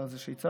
אתה זה שהצעת,